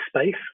space